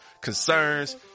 concerns